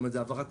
כלומר, העברת